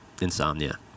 insomnia